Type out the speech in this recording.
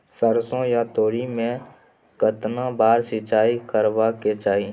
सरसो या तोरी में केतना बार सिंचाई करबा के चाही?